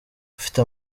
ufite